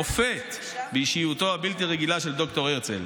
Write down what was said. מופת באישיותו הבלתי-רגילה של ד"ר הרצל.